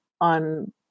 on